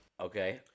Okay